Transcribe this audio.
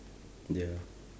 ya